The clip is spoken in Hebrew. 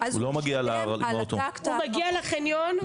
הוא לא מגיע להר עם האוטו.